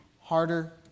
harder